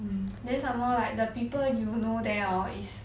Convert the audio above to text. then some more like the people you will know there hor is